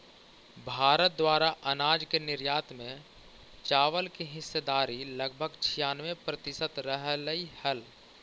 भारत द्वारा अनाज के निर्यात में चावल की हिस्सेदारी लगभग छियानवे प्रतिसत रहलइ हल